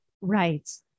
right